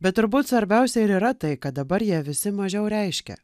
bet turbūt svarbiausia ir yra tai kad dabar jie visi mažiau reiškia